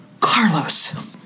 Carlos